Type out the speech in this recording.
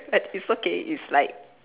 but it's okay it's like